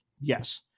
Yes